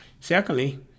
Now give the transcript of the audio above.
Secondly